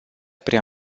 prea